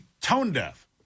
tone-deaf